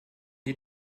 die